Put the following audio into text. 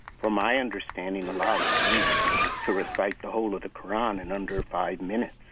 for my understanding allows me to recite the whole of the qur'an in under five minutes.